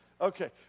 Okay